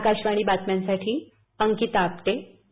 आकाशवाणी बातम्यांसाठी अंकिता आपटे पुणे